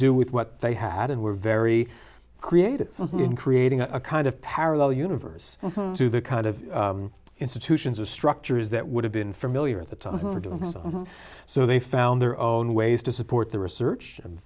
do with what they had and were very creative in creating a kind of parallel universe to the kind of institutions a structure is that would have been familiar at the time so they found their own ways to support the research and